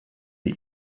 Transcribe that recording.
die